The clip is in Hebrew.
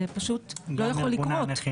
זה פשוט לא יכול לקרות.